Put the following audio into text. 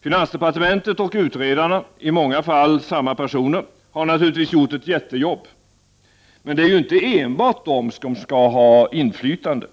Finansdepartementet och utredarna, i många fall samma personer, har naturligtvis gjort ett jättejobb. Men det är ju inte enbart de som skall ha inflytande.